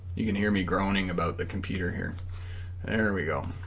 you can hear me groaning about the computer here there we go